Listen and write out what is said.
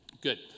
Good